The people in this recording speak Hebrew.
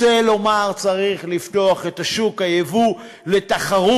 רוצה לומר: צריך לפתוח את שוק היבוא לתחרות.